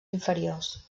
inferiors